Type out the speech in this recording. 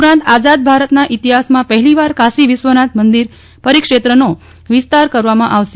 ઉપરાત આઝાદ ભારતના ઈીતહાસમાં પહેલીવાર કાશી વિશ્વનાથ મંદિર પરિક્ષત્રનો વિસ્તાર કરવામાં આવશે